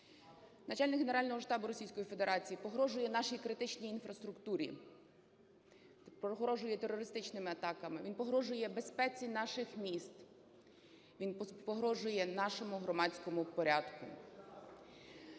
Начальник Генерального штабу Російської Федерації погрожує нашій критичній інфраструктурі, погрожує терористичними атаками, він погрожує безпеці наших міст, він погрожує нашому громадському порядку.